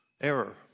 error